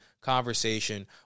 conversation